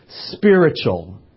spiritual